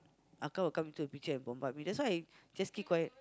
will come into the picture and bombard me that's why I just keep quiet